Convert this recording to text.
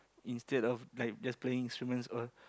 instead of like just playing instrument or